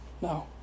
No